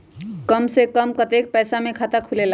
कम से कम कतेइक पैसा में खाता खुलेला?